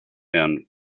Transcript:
and